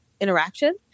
interaction